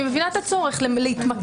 אני מבינה את הצורך להתמקד,